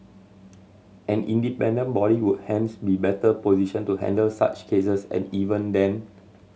an independent body would hence be better positioned to handle such cases and even then